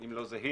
אם לא זהים,